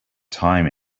time